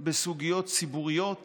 בסוגיות ציבוריות